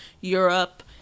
Europe